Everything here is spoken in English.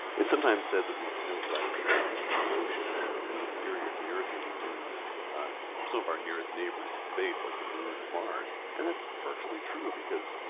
it's sometimes said that we know less about the oceans or the interior of the earth than we do some ah so of our nearest neighbors in space, like the moon or mars. and that's partially true because